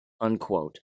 unquote